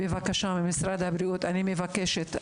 משרד הבריאות, אני מבקשת.